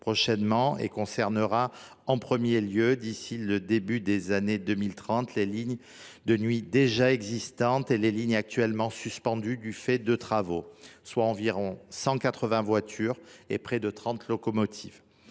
prochainement et concernera en premier lieu, d’ici au début des années 2030, les lignes de nuit déjà existantes et les lignes actuellement suspendues du fait de travaux, soit environ 180 voitures et près de 30 locomotives.